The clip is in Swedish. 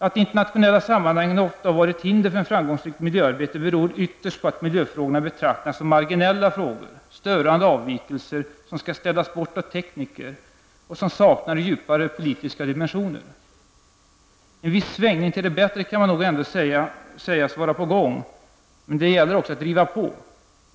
Att de internationella sammanhangen ofta har varit hinder för ett framgångsrikt miljöarbete beror ytterst på att miljöfrågorna betraktas som marginella frågor, störande avvikelser, som skall städas bort av tekniker och som saknar djupare politiska dimensioner. En viss svängning till det bättre kan ändå sägas vara på gång, men det gäller också att driva på.